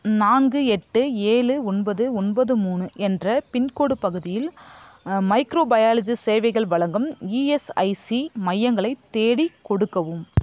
நான்கு எட்டு ஏழு ஒன்பது ஒன்பது மூணு என்ற பின்கோடு பகுதியில் மைக்ரோபயாலஜி சேவைகள் வலங்கும் இஎஸ்ஐசி மையங்களை தேடிக் கொடுக்கவும்